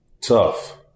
Tough